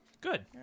Good